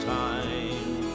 time